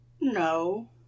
No